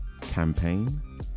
campaign